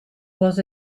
was